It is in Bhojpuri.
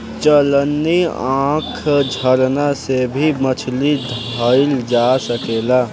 चलनी, आँखा, झरना से भी मछली धइल जा सकेला